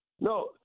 No